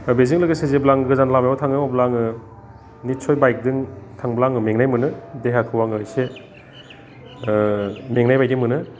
दा बेजों लोगोसे जेब्ला आं गोजान लामायाव थाङो अब्ला आङो निस्सय बाइकजों थांब्ला आङो मेंनाय मोनो देहाखौ आङो एसे मेंनाय बायदि मोनो